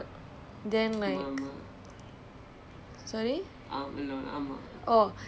I was trying to finish like some projects stuff because wednesday we going out